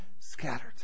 scattered